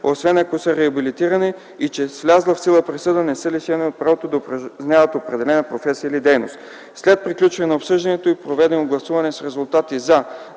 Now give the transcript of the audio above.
освен ако са реабилитирани, и че с влязла в сила присъда не са лишени от правото да упражняват определена професия или дейност. След приключване на обсъждането и проведено гласуване с резултати: